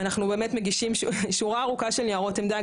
אנחנו באמת מגישים שורה ארוכה של ניירות עמדה,